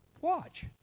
watch